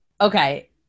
okay